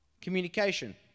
communication